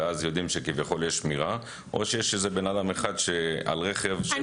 ואז יודעים שכביכול שמירה או שיש אדם אחד על רכב ששומר על כל הצפון.